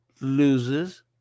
loses